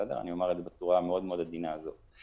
--- אני אומר את זה בצורה המאוד עדינה הזאת.